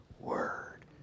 Word